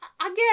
Again